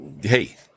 hey